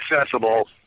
accessible